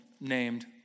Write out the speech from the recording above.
named